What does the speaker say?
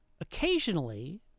occasionally